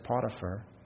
Potiphar